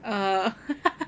uh